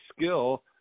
skill